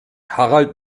harald